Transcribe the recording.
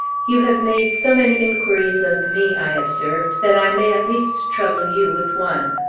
you have made so many inquiries of me, i observed, that i may at least trouble you with one.